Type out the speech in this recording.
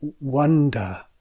wonder